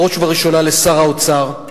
בראש ובראשונה לשר האוצר,